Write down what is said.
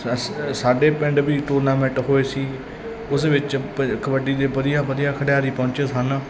ਸ ਸਾਡੇ ਪਿੰਡ ਵੀ ਟੂਰਨਾਮੈਂਟ ਹੋਏ ਸੀ ਉਸ ਵਿੱਚ ਪ ਕਬੱਡੀ ਦੇ ਵਧੀਆ ਵਧੀਆ ਖਿਡਾਰੀ ਪਹੁੰਚੇ ਸਨ